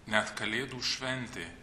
net kalėdų šventė